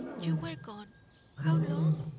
you were gone how long?